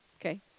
Okay